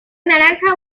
naranja